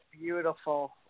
beautiful